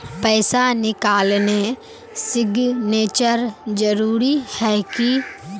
पैसा निकालने सिग्नेचर जरुरी है की?